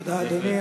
תודה, אדוני.